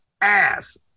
ass